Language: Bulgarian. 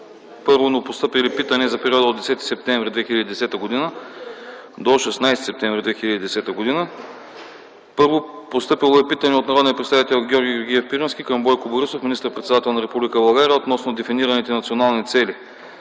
Новопостъпили питания за периода от 10 септември 2010 г. до 16 септември 2010 г.: Постъпило е питане от народния представител Георги Георгиев Пирински към Бойко Борисов – министър-председател на Република България, относно дефинираните национални цели.